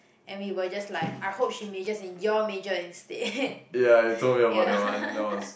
and we were just like I hope she majors in your major instead ya